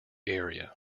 area